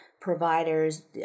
providers